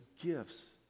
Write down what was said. gifts